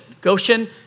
Goshen